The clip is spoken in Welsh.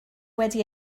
wedi